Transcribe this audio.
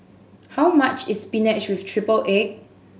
how much is spinach with triple egg